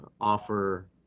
Offer